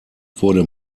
wurde